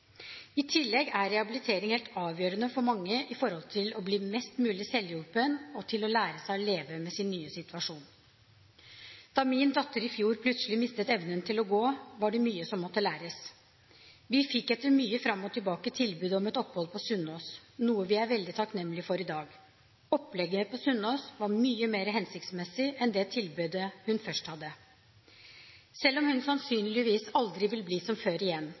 I tillegg er rehabilitering helt avgjørende for mange med hensyn til å bli mest mulig selvhjulpen og til å lære seg å leve med sin nye situasjon. Da min datter i fjor plutselig mistet evnen til å gå, var det mye som måtte læres. Vi fikk etter mye fram og tilbake tilbud om et opphold på Sunnaas, noe vi er veldig takknemlige for i dag. Opplegget på Sunnaas var mye mer hensiktsmessig enn det tilbudet hun først hadde. Selv om hun sannsynligvis aldri vil bli som før igjen,